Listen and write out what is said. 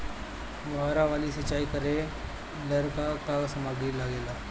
फ़ुहारा वाला सिचाई करे लर का का समाग्री लागे ला?